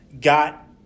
got